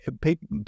people